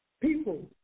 people